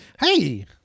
Hey